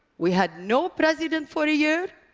we had no president for a year,